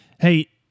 Hey